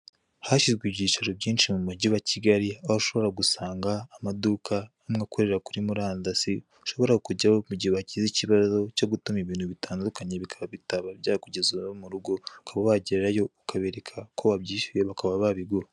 Hashyizwe ibyiciro bwinshi mu mujyi wa kigali aho ushobora gusanga amaduka akorera kuri murandasi ushobora kujyaho mu gihe bagize ikibazo cyo gutuma ibintu bitandukanye bikaba byakugezeho mu rugo, ukaba wagerayo ukabereka ko wabyishyuye bakaba babigura.